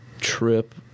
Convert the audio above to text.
Trip